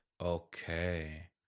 Okay